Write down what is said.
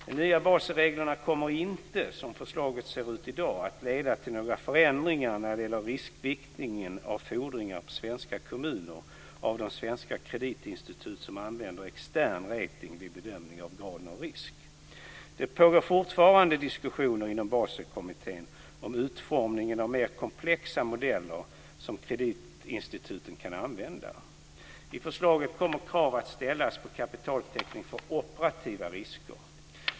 De nya Baselreglerna kommer inte, som förslaget ser ut i dag, att leda till några förändringar när det gäller riskviktningen av fordringar på svenska kommuner av de svenska kreditinstitut som använder extern rating vid bedömning av graden av risk. Det pågår fortfarande diskussioner inom Baselkommittén om utformningen av mer komplexa modeller som kreditinstituten kan använda. I förslaget kommer krav att ställas på kapitaltäckning för operativa risker.